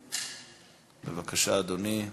בבקשה, אדוני.